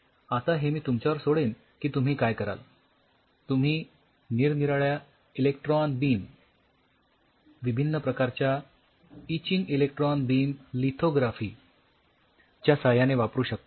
आता हे मी तुमच्यावर सोडेन की तुम्ही काय कराल तुम्ही निरनिराळ्या इलेक्ट्रॉन बीम विभिन्न प्रकारच्या इचिंग इलेक्ट्रॉन बीम लिथोग्राफी च्या साह्याने वापरू शकता